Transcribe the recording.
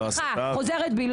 סליחה, חוזרת בי.